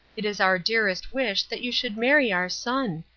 it is our dearest wish that you should marry our son.